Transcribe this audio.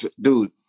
dude